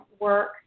work